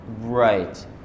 Right